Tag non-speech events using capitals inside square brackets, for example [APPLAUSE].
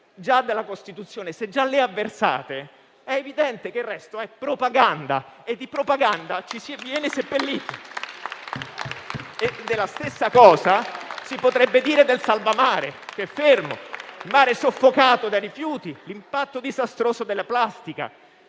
già nella Costituzione, se già le avversate, è evidente che il resto è propaganda e dalla propaganda si viene seppelliti. [APPLAUSE] La stessa cosa si potrebbe dire del disegno di legge "salva mare", che è fermo. Il mare è soffocato da rifiuti, per l'impatto disastroso della plastica.